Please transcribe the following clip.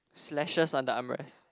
silicious on the arm rest